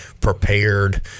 prepared